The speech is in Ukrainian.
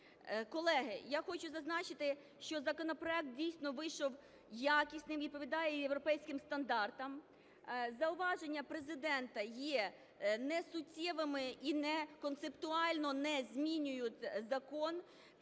Колеги, я хочу зазначити, що законопроект дійсно вийшов якісним, відповідає європейським стандартам. Зауваження Президента є несуттєвими і концептуально не змінюють закон,